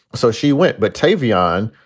so she went. but tavian,